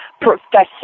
professor